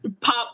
pop